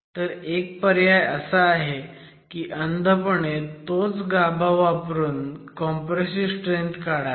तर एक पर्याय असा आहे की अंधपणे तोच गाभा वापरून कॉम्प्रेसिव्ह स्ट्रेंथ काढावी